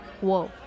Whoa